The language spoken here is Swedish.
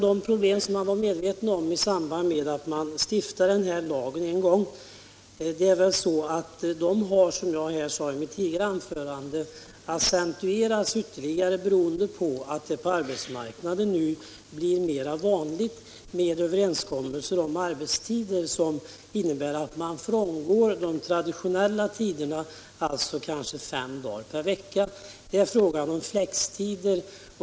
De problem som man var medveten om i samband med att man stiftade denna lag har väl, som jag sade i mitt tidigare anförande, accentuerats ytterligare, beroende på att det på arbetsmarknaden nu blir mera vanligt” med överenskommelser om arbetstider som innebär att man frångår de traditionella tiderna, dvs. fem dagar per vecka. Det är fråga om flextider.